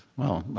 well,